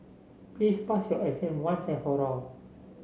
please pass your exam once and for all